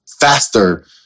Faster